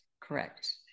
Correct